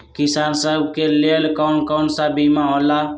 किसान सब के लेल कौन कौन सा बीमा होला?